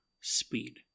speed